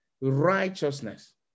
righteousness